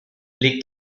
legt